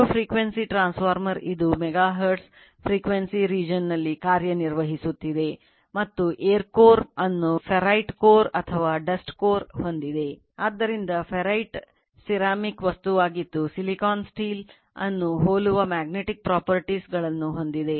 Radio frequency transformer ಹೊಂದಿದೆ